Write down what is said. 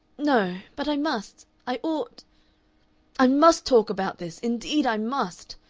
no. but i must i ought i must talk about this. indeed i must.